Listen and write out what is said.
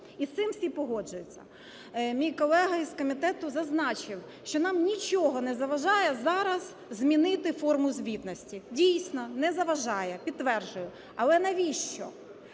і з цим всі погоджуються. Мій колега із комітету зазначив, що нам нічого не заважає зараз змінити форму звітності. Дійсно не заважає, підтверджую, але навіщо?